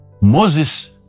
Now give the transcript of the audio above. Moses